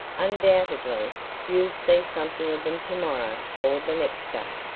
undoubtedly you'll see something of them tomorrow or the next day.